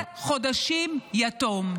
הכישלון ב-7 באוקטובר כבר 11 חודשים יתום.